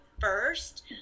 first